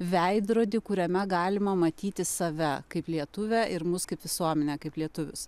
veidrodį kuriame galima matyti save kaip lietuvę ir mus kaip visuomenę kaip lietuvius